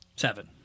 Seven